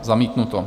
Zamítnuto.